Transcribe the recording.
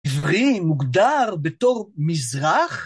עברי מוגדר בתור מזרח?